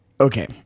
Okay